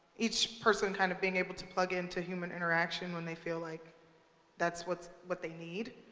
each person kind of being able to plug into human interaction when they feel like that's what what they need.